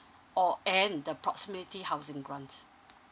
or and the proximity housing grant